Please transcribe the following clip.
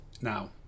Now